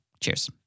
Cheers